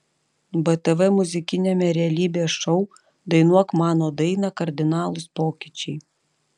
btv muzikiniame realybės šou dainuok mano dainą kardinalūs pokyčiai